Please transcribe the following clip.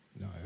No